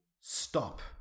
stop